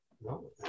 No